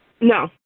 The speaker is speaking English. No